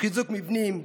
חיזוק מבנים,